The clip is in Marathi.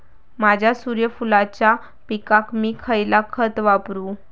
माझ्या सूर्यफुलाच्या पिकाक मी खयला खत वापरू?